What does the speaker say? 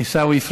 עיסאווי פריג'